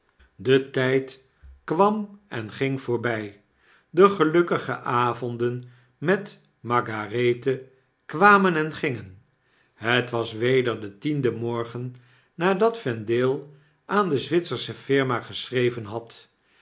de tyd kwam en ging voorby de gelukkige avonden met margarethe kwamen en gingen het was weder de tiende morgen nadat vendale aan de zwitsersche firma geschreven had